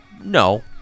No